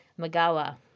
Magawa